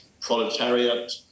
proletariat